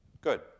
good